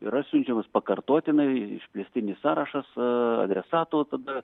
yra siunčiamas pakartotinai išplėstinis sąrašas adresato tada